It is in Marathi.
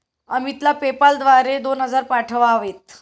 अमितला पेपाल द्वारे दोन हजार पाठवावेत